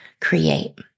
create